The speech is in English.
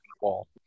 wall